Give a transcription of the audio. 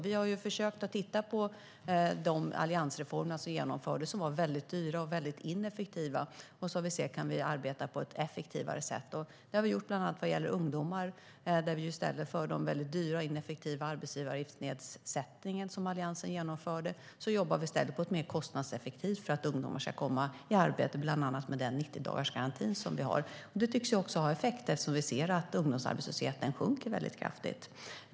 Vi har försökt att titta på de alliansreformer som genomfördes och som var väldigt dyra och väldigt ineffektiva för att se om vi kan arbeta på ett effektivare sätt. Det har vi gjort bland annat när det gäller ungdomar, där vi i stället för den väldigt dyra och ineffektiva arbetsgivaravgiftsnedsättningen som Alliansen genomförde jobbar på ett mer kostnadseffektivt sätt för att ungdomar ska komma i arbete, bland annat med 90-dagarsgarantin. Detta tycks också ha effekt, eftersom vi ser att ungdomsarbetslösheten sjunker väldigt kraftigt.